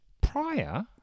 Prior